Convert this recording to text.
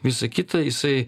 visa kita jisai